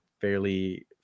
fairly